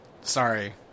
sorry